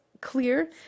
clear